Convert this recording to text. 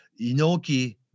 Inoki